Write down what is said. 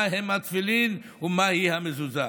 מהן התפילין ומהי המזוזה.